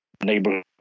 neighborhood